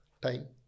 Time